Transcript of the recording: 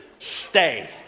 Stay